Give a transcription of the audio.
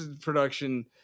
production